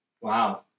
Wow